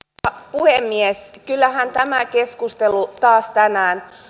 puhemies kyllähän tämä keskustelu taas tänään